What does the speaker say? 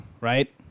right